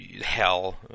hell